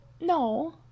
No